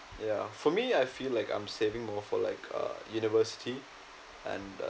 ya for me I feel like I'm saving more for like err university and uh